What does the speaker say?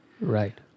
Right